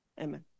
Amen